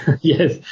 Yes